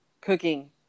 cooking